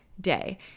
day